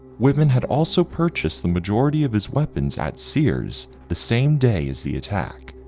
whitman had also purchased the majority of his weapons at sears, the same day as the attack.